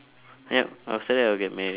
yup after that I'll get married